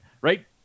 right